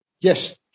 Yes